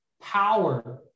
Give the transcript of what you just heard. power